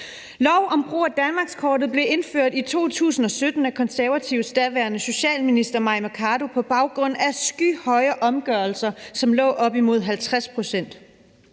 Lov om brug af danmarkskortet blev indført i 2017 af Konservatives daværende socialminister Mai Mercado på baggrund af skyhøje omgørelsestal, som lå på omkring 50 pct.